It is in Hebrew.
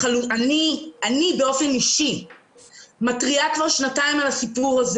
אני באופן אישי מתריעה כבר שנתיים על הסיפור הזה